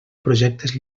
projectes